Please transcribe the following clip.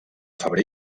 febrer